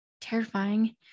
Terrifying